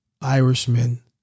Irishmen